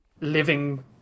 living